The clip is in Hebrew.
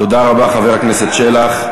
תודה רבה, חבר הכנסת שלח.